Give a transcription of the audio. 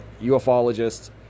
ufologists